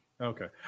Okay